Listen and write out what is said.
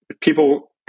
people